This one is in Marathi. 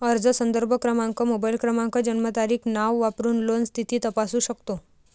अर्ज संदर्भ क्रमांक, मोबाईल क्रमांक, जन्मतारीख, नाव वापरून लोन स्थिती तपासू शकतो